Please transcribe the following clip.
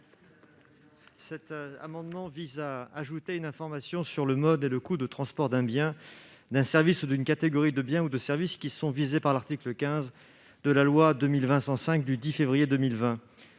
Cet amendement vise à ajouter une information sur le mode et le coût de transport d'un bien, d'un service ou d'une catégorie de biens ou de services qui sont visés par l'article 15 de la loi du 10 février 2020,